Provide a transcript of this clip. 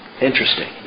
Interesting